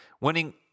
winning